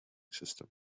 system